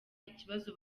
ikibazo